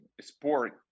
sport